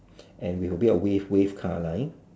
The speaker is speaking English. and with a bit of wave wave car line